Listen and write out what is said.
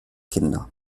kinder